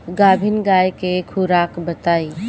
गाभिन गाय के खुराक बताई?